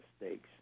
mistakes